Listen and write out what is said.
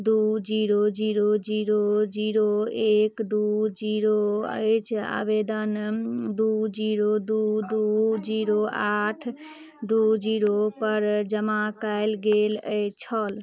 दू zero zero zero zero एक दू जीरो अछि आवेदन दू जीरो दू दू जीरो आठ दू जिरो पर जमा कयल गेल अछि